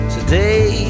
Today